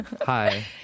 Hi